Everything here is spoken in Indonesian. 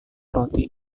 roti